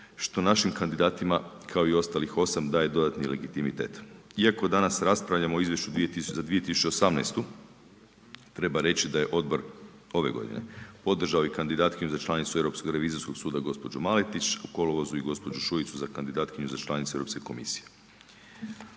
što našim kandidatima kao i ostalih osam daje dodatni legitimitet. Iako danas raspravljamo o izvješću za 2018. treba reći da je odbor ove godine podržao i kandidatkinju za članicu Europskog revizijskog suda gospođu Maletić u kolovozu i gospođu Šuicu za kandidatkinju za članicu Europske komisije.